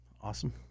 awesome